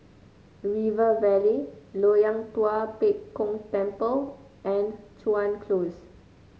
River Valley Loyang Tua Pek Kong Temple and Chuan Close